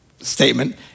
statement